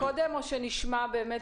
נתחיל מזה